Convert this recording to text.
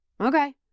okay